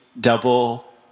double